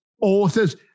authors